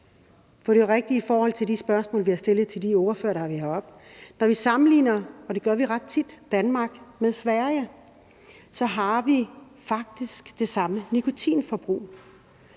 For det er jo rigtigt i forhold til de spørgsmål, der er blevet stillet til de ordførere, der har været heroppe, at når vi sammenligner – og det gør vi ret tit – Danmark med Sverige, har man faktisk det samme nikotinforbrug.